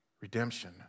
redemption